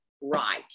right